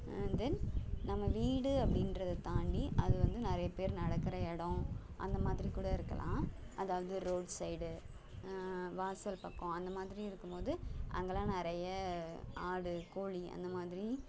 and then நம்ம வீடு அப்படின்றத தாண்டி அது வந்து நிறைய பேர் நடக்கிற இடம் அந்த மாதிரி கூட இருக்கலாம் அதாவது ரோட் சைடு வாசல் பக்கம் அந்த மாதிரி இருக்கும் போது அங்கெல்லாம் நிறைய ஆடு கோழி அந்த மாதிரி